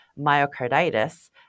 myocarditis